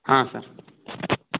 ಹಾಂ ಸರ್